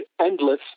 endless